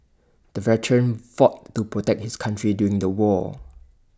the veteran fought to protect his country during the war